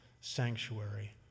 sanctuary